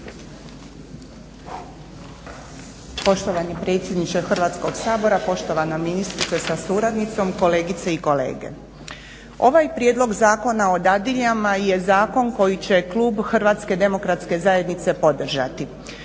Poštovani predsjedniče Hrvatskog sabora, poštovana ministrice sa suradnicom, kolegice i kolege. Ovaj Prijedlog zakona o dadiljama je zakon koji će klub Hrvatske demokratske zajednice podržati.